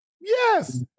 yes